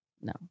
No